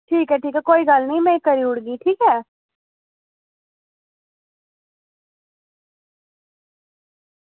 ठीक ऐ ठीक ऐ कोई गल्ल निं में करी ओड़गी ठीक ऐ